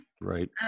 Right